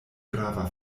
grava